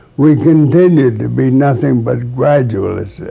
we continued to be nothing but gradualists there,